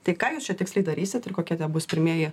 tai ką jūs čia tiksliai darysit ir kokie tie bus pirmieji